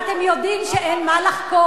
מה הפחד הגדול?